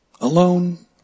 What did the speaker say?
alone